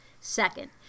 Second